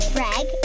Greg